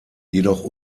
jedoch